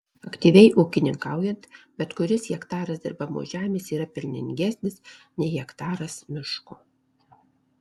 aktyviai ūkininkaujant bet kuris hektaras dirbamos žemės yra pelningesnis nei hektaras miško